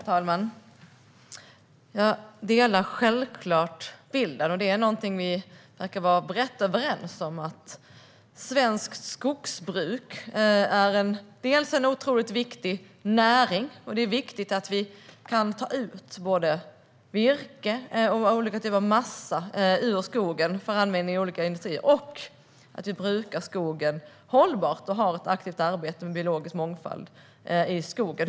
Herr talman! Jag delar självklart bilden. Vi verkar vara brett överens om att svenskt skogsbruk är en otroligt viktig näring. Det är viktigt att vi kan ta ut både virke och olika typer av massa ur skogen för användning i olika industrier och att vi brukar skogen hållbart och har ett aktivt arbete med biologisk mångfald i skogen.